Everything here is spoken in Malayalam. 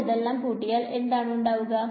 ഞാനിതെല്ലാം കൂട്ടിയാൽ എന്താണ് ഉണ്ടാവുക